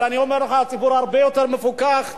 אבל אני אומר לך, הציבור הרבה יותר מפוכח משר-העל,